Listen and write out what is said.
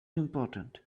important